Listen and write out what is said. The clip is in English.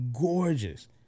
gorgeous